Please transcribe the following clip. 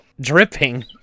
dripping